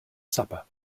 supper